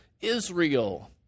Israel